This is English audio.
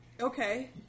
Okay